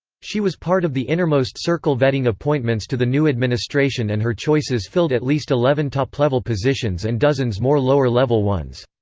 she was part of the innermost circle vetting appointments to the new administration and her choices filled at least eleven top-level positions and dozens more lower-level ones.